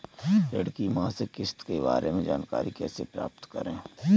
ऋण की मासिक किस्त के बारे में जानकारी कैसे प्राप्त करें?